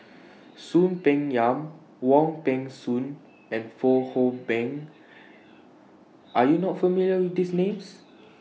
Soon Peng Yam Wong Peng Soon and Fong Hoe Beng Are YOU not familiar with These Names